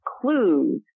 clues